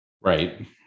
right